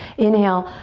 inhale,